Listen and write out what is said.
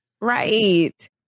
Right